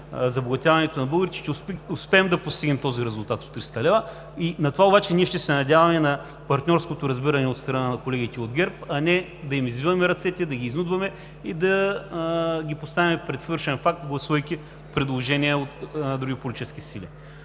на забогатяването на българите, ще успеем да постигнем този резултат от 300 лв. За това обаче ние ще се надяваме на партньорското разбиране от страна на колегите от ГЕРБ, а не да им извиваме ръцете, да ги изнудваме и да ги поставяме пред свършен факт, гласувайки предложения от други политически сили.